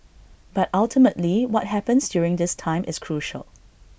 but ultimately what happens during this time is crucial